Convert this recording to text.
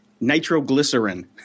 Nitroglycerin